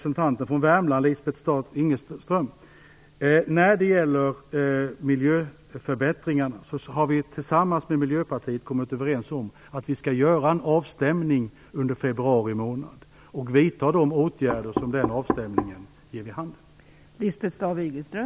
Staaf-Igelström när det gäller miljöförbättringarna vill jag säga att vi tillsammans med Miljöpartiet har kommit överens om att göra en avstämning under februari månad och vidta de åtgärder som den avstämningen leder fram till.